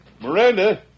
Miranda